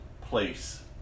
place